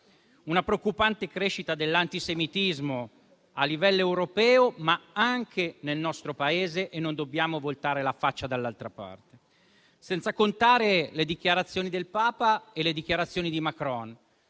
una preoccupante crescita dell'antisemitismo a livello europeo, ma anche nel nostro Paese e non dobbiamo voltare la faccia dall'altra parte. Senza contare le dichiarazioni del Papa e le dichiarazioni di Macron